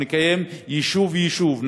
אנחנו נקיים דיון יישוב-יישוב,